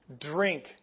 drink